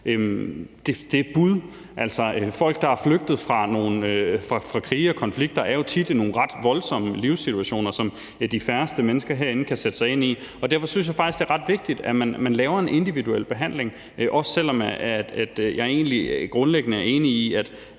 et bud. Folk, der er flygtet fra krige og konflikter, er jo tit i nogle ret voldsomme livssituationer, som de færreste mennesker herinde kan sætte sig ind i. Derfor synes jeg faktisk, at det er ret vigtigt, at man laver en individuel behandling, også selv om jeg egentlig grundlæggende er enig i, at